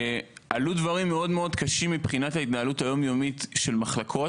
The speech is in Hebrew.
ועלו דברים מאוד מאוד קשים מבחינת ההתנהלות היומיומית של מחלקות,